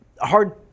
hard